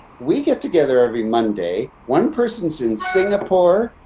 we get together every monday, one person's in singapore,